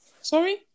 sorry